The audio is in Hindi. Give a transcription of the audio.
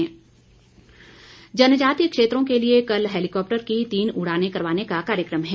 उड़ान जनजातीय क्षेत्रों के लिए कल हेलिकॉप्टर की तीन उड़ानें करवाने का कार्यक्रम हैं